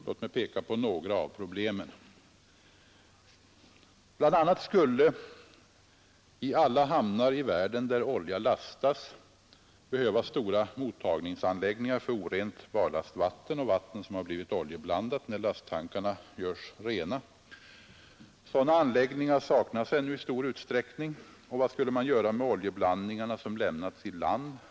Låt mig peka på några av problemen. BI. a. skulle i alla hamnar i världen där olja lastas behövas stora mottagningsanläggningar för orent barlastvatten och vatten som blivit oljeblandat när lasttankarna görs rena. Sådana anläggningar saknas ännu i stor utsträckning, och vad skulle man göra med oljeblandningarna som lämnats i land?